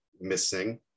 missing